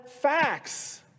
facts